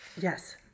Yes